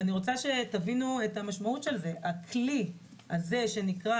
אני רוצה שתבינו את המשמעות של זה הכלי הזה שנקרא